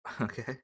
Okay